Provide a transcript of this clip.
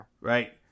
Right